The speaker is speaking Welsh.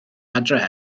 adre